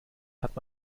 hat